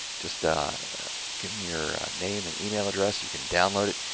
just give me your name and email address. you can download it,